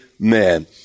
Amen